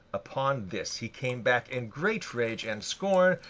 upon this he came back in great rage and scorn,